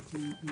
אני שואל.